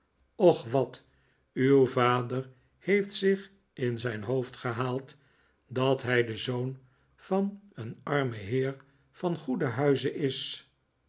och wat uw vader heeft zi ih in zijn hoofd gehaald dat hij de zoon van een armen heer van goeden huize is